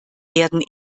werden